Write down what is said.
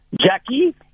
Jackie